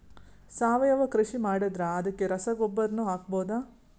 ಸಾವಯವ ಕೃಷಿ ಮಾಡದ್ರ ಅದಕ್ಕೆ ರಸಗೊಬ್ಬರನು ಹಾಕಬಹುದಾ?